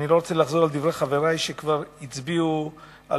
אני לא רוצה לחזור על דברי חברי שכבר הצביעו על